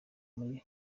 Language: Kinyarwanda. muri